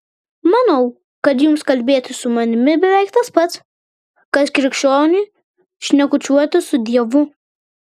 manau kad jums kalbėtis su manimi beveik tas pats kas krikščioniui šnekučiuotis su dievu